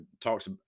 talks